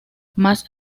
más